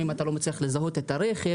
אם אתה לא מצליח לזהות את הרכב,